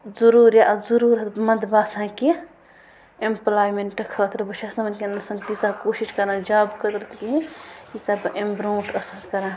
ضٔروٗر ضٔروٗرت منٛد باسان کیٚنہہ اٮ۪مپٕلیمنٛٹ خٲطرٕ بہٕ چھَس نہٕ وٕنۍکٮ۪نَس تیٖژاہ کوٗشِش کران جابہٕ خٲطر کِہیٖنۍ ییٖژاہ بہٕ اَمۍ برٛونٛٹھ ٲسٕس کران